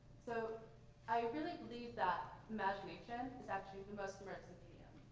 so i really believe that imagination is actually the most immersive idiom.